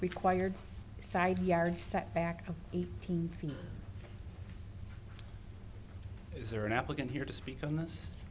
required side yard setback he can feel is there an applicant here to speak on this